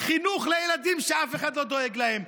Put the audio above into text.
חינוך לילדים שאף אחד לא דואג להם.